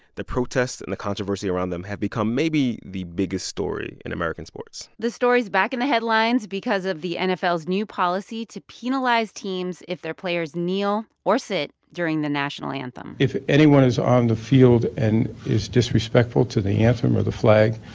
the protests and the controversy around them have become maybe the biggest story in american sports the story's back in the headlines because of the and nfl's new policy to penalize teams if their players players kneel or sit during the national anthem if anyone is on the field and is disrespectful to the anthem or the flag,